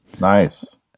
Nice